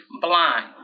blind